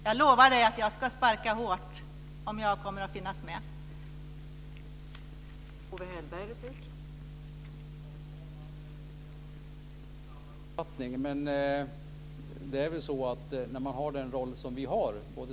Jag lovar att jag ska sparka hårt om jag finns med då.